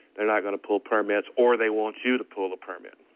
they're not going to pull permits or they want you to pull the permit.